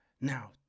Now